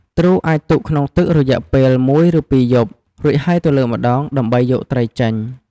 ទ្រូអាចទុកក្នុងទឹករយៈពេលមួយឬពីរយប់ រួចហើយទៅលើកម្តង ដើម្បីយកត្រីចេញ។